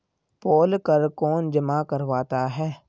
पोल कर कौन जमा करवाता है?